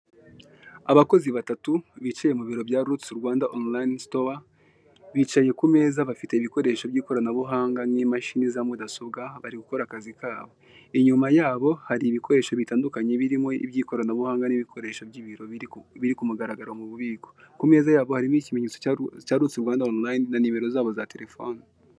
Abakozi batatu bicaye mu biro bya rutusi Rwanda onurayini sitowa, bicaye ku meza bafite ibikoresho by'ikoranabuhanga nk'imashini za mudasobwa bari gukora akazi kabo. Inyuma yabo hari ibikoresho bitandukanye birimo iby'ikoranabuhanga n'ibikoresho by'ibiro biri ku mugaragaro mu bubiko. Ku meza yabo hariho ikimetso cya rutusi Rwanda onurayini na nimero zabo za telefoni.